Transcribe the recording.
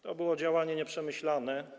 To było działanie nieprzemyślane.